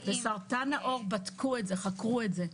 בסרטן העור חקרו את זה.